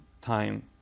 time